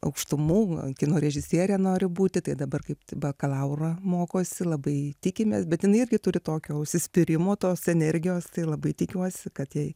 aukštumų kino režisierė nori būti tai dabar kaip bakalaurą mokosi labai tikimės bet jinai irgi turi tokio užsispyrimo tos energijos tai labai tikiuosi kad jai